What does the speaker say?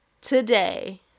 today